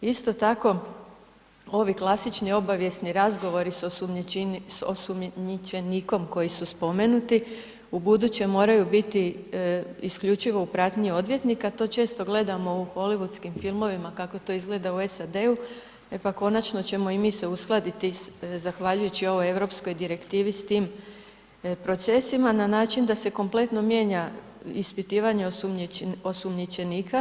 Isto tako, ovi klasični obavijesni razgovori s osumnjičenikom koji su spomenuti, ubuduće moraju biti isključivo u pratnji odvjetnika, to često gledamo u hollywoodskim filmovima, kako ti izgleda u SAD-u, e pa konačno ćemo i mi se uskladiti zahvaljujući ovoj europskoj direktivi s tim procesima na način da se kompletno mijenja ispitivanje osumnjičenika.